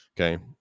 Okay